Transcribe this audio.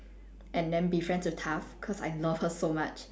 and then be friends with toph cause I love her so much